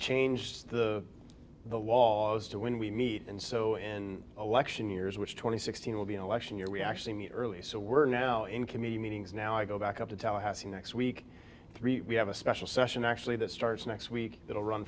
changed the the wall as to when we meet and so in alexion years which twenty sixteen will be an election year we actually me early so we're now in committee meetings now i go back up to tallahassee next week we have a special session actually that starts next week it'll run